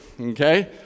okay